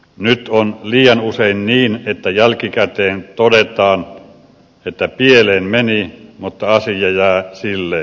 nyt on liian usein niin että jälkikäteen todetaan että pieleen meni mutta asia jää silleen